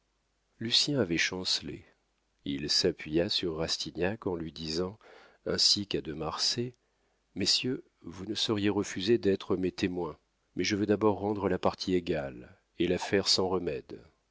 lucien avait chancelé il s'appuya sur rastignac en lui disant ainsi qu'à de marsay messieurs vous ne sauriez refuser d'être mes témoins mais je veux d'abord rendre la partie égale et l'affaire sans remède